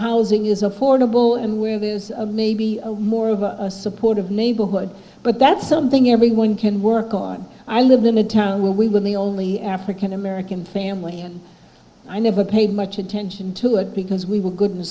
housing is affordable and where there's a maybe more of a supportive neighborhood but that's something everyone can work on i lived in a town where we've been the only african american family and i never paid much attention to it because we will good